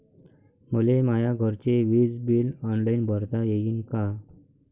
मले माया घरचे विज बिल ऑनलाईन भरता येईन का?